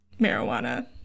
marijuana